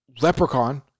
Leprechaun